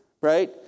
right